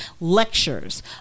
lectures